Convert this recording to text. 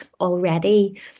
already